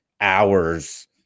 hours